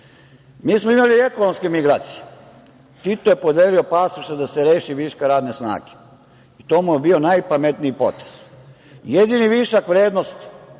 smo imali ekonomske migracije. Tito je podelio pasoše da se reši viška radne snage i to mu je bio najpametniji potez. Jedini višak vrednosti,